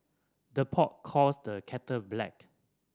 the pot calls the kettle black